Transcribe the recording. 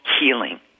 healing